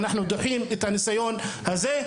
אנחנו דוחים את הניסיון הזה,